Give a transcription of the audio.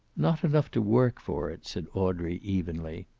not enough to work for it, said audrey, evenly.